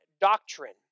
doctrine